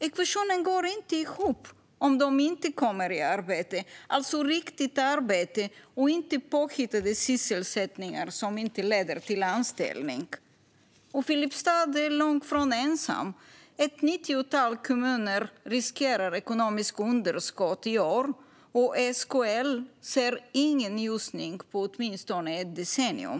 Ekvationen går inte ihop om de inte kommer i arbete - alltså riktigt arbete och inte påhittade sysselsättningar som inte leder till anställning. Filipstad är långt ifrån ensamt. Ett nittiotal kommuner riskerar ekonomiskt underskott i år, och SKL ser ingen ljusning på åtminstone ett decennium.